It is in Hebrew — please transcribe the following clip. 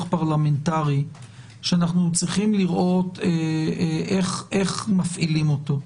פרלמנטרי שאנחנו צריכים לראות איך מפעילים אותו.